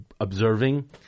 observing